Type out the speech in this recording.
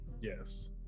Yes